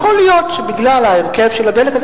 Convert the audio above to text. יכול להיות שבגלל ההרכב של הדלק הזה,